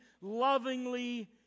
lovingly